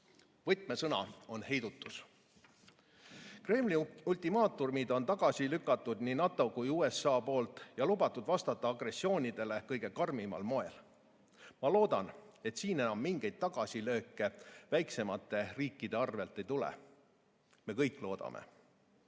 Võtmesõna on "heidutus". Kremli ultimaatumid on tagasi lükanud nii NATO kui ka USA. Nad on lubanud vastata agressioonidele kõige karmimal moel. Ma loodan, et siin enam mingeid tagasilööke väiksemate riikide arvel ei tule. Me kõik loodame. Mida